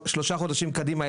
שלושה חודשים קדימה,